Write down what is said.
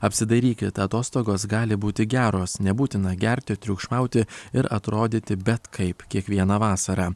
apsidairykit atostogos gali būti geros nebūtina gerti triukšmauti ir atrodyti bet kaip kiekvieną vasarą